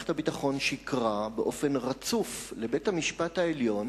שמערכת הביטחון שיקרה באופן רצוף לבית-המשפט העליון